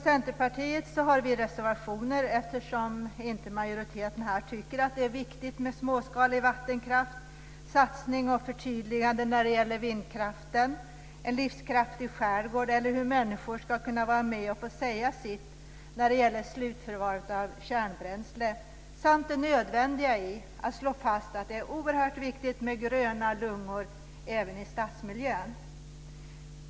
Centerpartiet har fogat reservationer till betänkandet, eftersom majoriteten inte tycker att det är viktigt med småskalig vattenkraft, satsningar och förtydliganden när det gäller vindkraften, en livskraftig skärgård eller att människor ska få vara med och säga sitt när det gäller slutförvar av kärnbränsle samt det nödvändiga i att slå fast att det är oerhört viktigt med gröna lungor även i stadsmiljön.